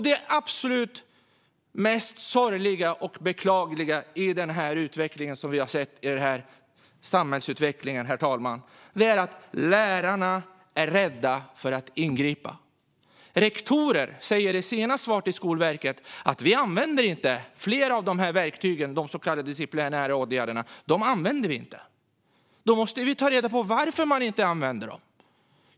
Det absolut mest sorgliga och beklagliga i denna samhällsutveckling är att lärarna är rädda för att ingripa. Rektorer säger i sina svar till Skolverket att de inte använder flera av verktygen, de så kallade disciplinära åtgärderna. Då måste vi ta reda på varför de inte används.